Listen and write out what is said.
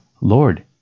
Lord